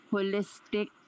Holistic